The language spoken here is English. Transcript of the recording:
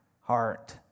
heart